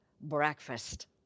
breakfast